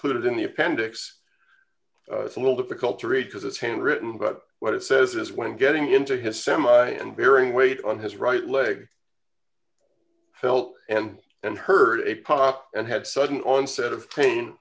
included in the appendix is a little difficult to read because it's handwritten but what it says is when getting into his semi and bearing weight on his right leg felt and and heard a pop and had sudden onset of pain